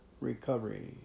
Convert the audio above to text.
recovery